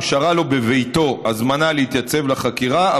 הושארה לו בביתו הזמנה להתייצב לחקירה,